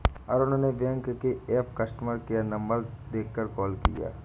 अरुण ने बैंक के app customer care number देखकर कॉल किया